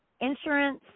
Insurance